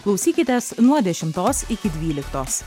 klausykitės nuo dešimtos iki dvyliktos